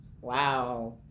Wow